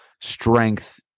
strength